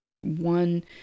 one